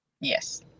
Yes